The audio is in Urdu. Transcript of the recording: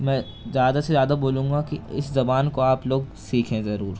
میں زیادہ سے زیادہ بولوں گا کہ اس زبان کو آپ لوگ سکھیں ضرور